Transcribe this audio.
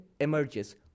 emerges